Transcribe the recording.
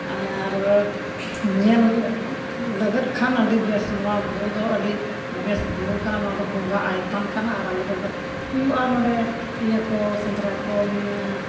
ᱟᱨ ᱧᱮᱞ ᱞᱟᱹᱜᱤᱫ ᱠᱷᱟᱱ ᱟᱹᱰᱤ ᱵᱮᱥ ᱱᱚᱣᱟ ᱵᱩᱨᱩ ᱫᱚ ᱟᱹᱰᱤ ᱵᱮᱥ ᱵᱩᱨᱩ ᱠᱟᱱᱟ ᱱᱚᱣᱟ ᱫᱚ ᱵᱚᱸᱜᱟ ᱟᱭᱛᱟᱱ ᱠᱟᱱᱟ ᱟᱨ ᱟᱞᱮ ᱫᱚ ᱦᱩᱭᱩᱜᱼᱟ ᱱᱚᱸᱰᱮ ᱤᱭᱟᱹ ᱠᱚ ᱥᱮᱸᱫᱽᱨᱟ ᱠᱚ ᱱᱤᱭᱟᱹ